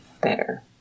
better